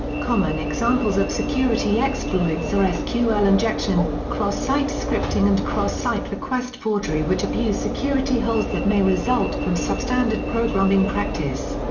common examples of security exploits are ah sql injection, cross site scripting and cross site request forgery which abuse security holes that may result from substandard programming practice.